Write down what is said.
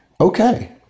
okay